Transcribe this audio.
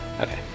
Okay